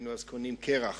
היינו קונים אז קרח.